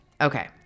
Okay